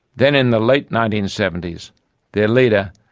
then in the late nineteen seventy s their leader,